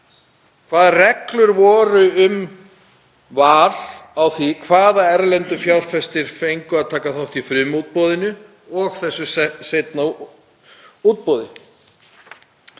Hvaða reglur voru um val á því hvaða erlendu fjárfestar fengu að taka þátt í frumútboðinu og þessu seinna útboði?